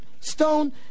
stone